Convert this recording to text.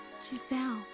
Giselle